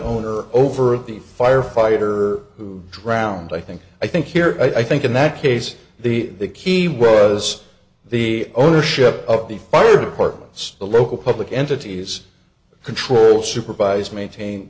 owner over of the firefighter who drowned i think i think here i think in that case the key was the ownership of the fire departments the local public entities control supervise maintain